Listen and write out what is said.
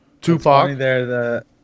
Tupac